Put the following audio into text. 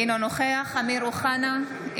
אינו נוכח אמיר אוחנה,